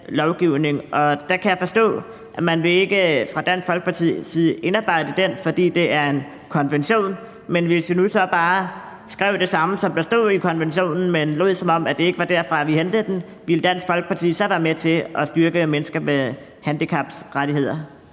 Dansk Folkepartis side ikke vil indarbejde den, fordi det er en konvention. Men hvis vi nu så bare skrev det samme, som der stod i konventionen, men lod som om, det ikke var derfra, vi hentede det, ville Dansk Folkeparti så være med til at styrke mennesker med handicaps rettigheder?